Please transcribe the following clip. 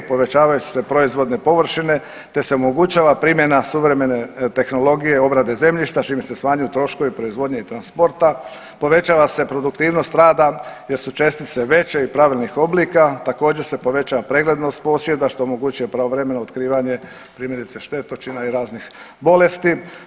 Povećavaju se proizvodne površine, te se omogućava primjena suvremene tehnologije obrade zemljišta s čime se smanjuju troškovi proizvodnje i transporta, povećava se produktivnost rada jer su čestice veće i pravilnih oblika, također se povećava preglednost posjeda što omogućuje pravovremeno otkrivanje primjerice štetočina i raznih bolesti.